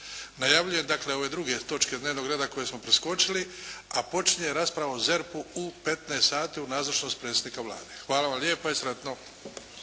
Najavljujem dakle ove druge točke dnevnog reda koje smo preskočili, a počinje rasprava o ZERP-u u 15 sati u nazočnosti predsjednika Vlade. Hvala vam lijepa i sretno.